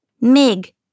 Mig